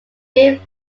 deep